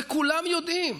וכולם יודעים.